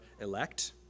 elect